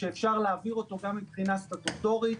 שאפשר להעביר אותו גם מבחינה סטטוטורית,